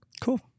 Cool